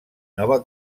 nova